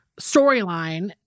storyline